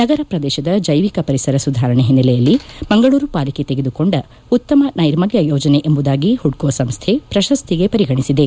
ನಗರ ಪ್ರದೇಶದ ಜೈವಿಕ ಪರಿಸರ ಸುಧಾರಣೆ ಹಿನ್ನೆಲೆಯಲ್ಲಿ ಮಂಗಳೂರು ಪಾಲಿಕೆ ತೆಗೆದುಕೊಂದ ಉತ್ತಮ ನೈರ್ಮಲ್ಯ ಯೋಜನೆ ಎಂಬುದಾಗಿ ಹುಡ್ಕೋ ಸಂಸ್ಥೆ ಪ್ರಶಸ್ತಿಗೆ ಪರಿಗಣಿಸಿದೆ